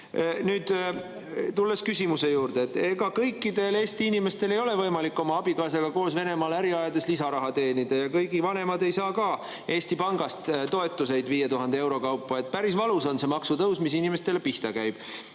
lubasite. Tulen küsimuse juurde. Ega kõikidel Eesti inimestel ei ole võimalik oma abikaasaga koos Venemaal äri ajades lisaraha teenida ja kõigi vanemad ei saa Eesti Pangast toetusi 5000 euro kaupa. Päris valus on see maksutõus, mis inimeste pihta käib.